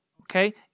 okay